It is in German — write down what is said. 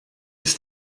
ist